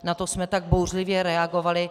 Na to jsme tak bouřlivě reagovali.